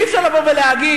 אי-אפשר לבוא ולהגיד: